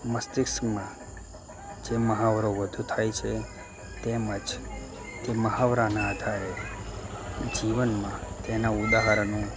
મસ્તિષ્કમાં જે મહાવરો વધુ થાય છે તેમજ તે મહાવરાના આધારે જીવનમાં તેના ઉદાહરણો